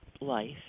life